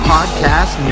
Podcast